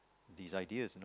these ideas